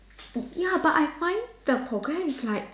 ya but I find the program is like